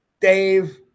Dave